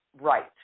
right